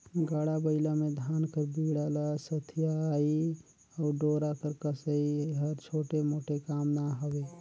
गाड़ा बइला मे धान कर बीड़ा ल सथियई अउ डोरा कर कसई हर छोटे मोटे काम ना हवे